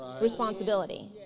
responsibility